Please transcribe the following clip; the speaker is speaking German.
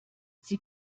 sie